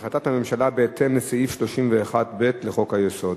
החלטת הממשלה בהתאם לסעיף 31(ב) לחוק-יסוד: